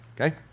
okay